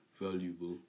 valuable